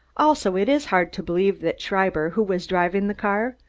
also, it is hard to believe that schreiber, who was driving the car,